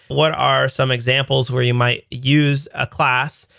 what are some examples where you might use a class?